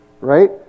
right